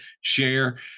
share